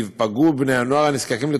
ייפגעו בני הנוער הנזקקים לתוכנית.